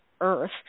earth